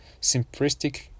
simplistic